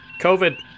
covid